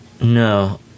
no